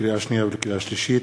לקריאה שנייה ולקריאה שלישית,